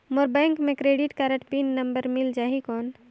मोर bank मे credit card pin number मिल जाहि कौन?